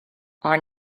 are